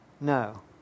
No